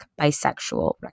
bisexual